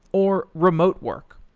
or remote work.